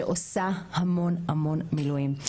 שעושה המון המון מילואים.